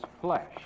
flesh